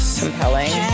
compelling